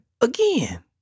again